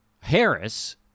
Harris